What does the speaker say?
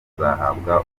azahabwa